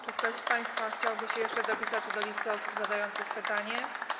Czy ktoś z państwa chciałby się jeszcze dopisać do listy osób zadających pytania?